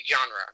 genre